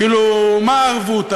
כאילו, מה הרבותא?